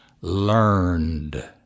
learned